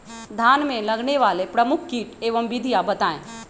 धान में लगने वाले प्रमुख कीट एवं विधियां बताएं?